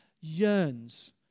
yearns